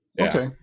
Okay